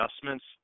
adjustments